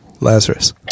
Lazarus